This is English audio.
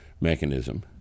mechanism